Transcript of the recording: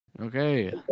Okay